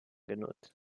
genutzt